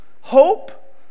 Hope